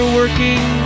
working